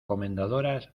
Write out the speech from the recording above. comendadoras